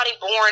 born